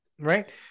Right